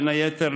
בין היתר,